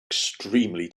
extremely